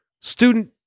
student